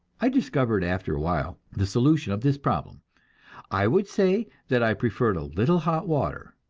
i discovered after a while the solution of this problem i would say that i preferred a little hot water,